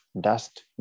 Dust